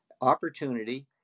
opportunity